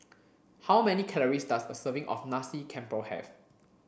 how many calories does a serving of Nasi Campur have